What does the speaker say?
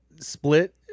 Split